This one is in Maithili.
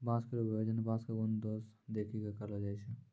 बांसों केरो विभाजन बांसों क गुन दोस देखि कॅ करलो जाय छै